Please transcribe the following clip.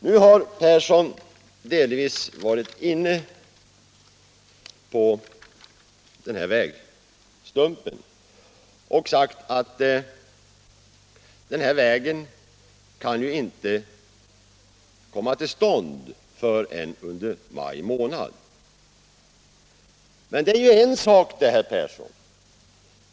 Nu har herr Persson delvis talat om den här vägstumpen och sagt att arbetena inte kan komma i gång förrän under maj månad. Men det är en sak, herr Persson.